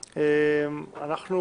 החדש.